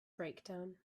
breakdown